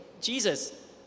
Jesus